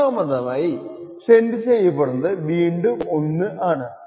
മൂന്നാമതായി സെൻഡ് ചെയ്യപ്പെടുന്നത് വീണ്ടും 1 ആണ്